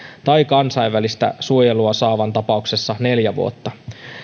tai kansainvälistä suojelua saavan tapauksessa neljä vuotta